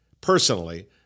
personally